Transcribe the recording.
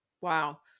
wow